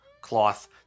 cloth